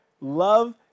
Love